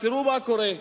תראו מה קורה.